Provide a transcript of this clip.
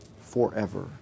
forever